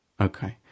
Okay